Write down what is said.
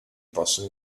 possono